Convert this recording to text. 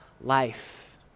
life